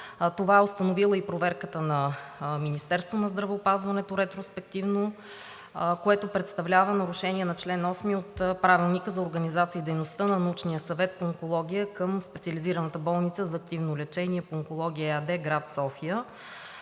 Това е установила и проверката на Министерството на здравеопазването, ретроспективно, което представлява нарушение на чл. 8 от Правилника за организацията и дейността на Научния съвет по онкология към „Специализираната болница за активно лечение по онкология“ АД – град София.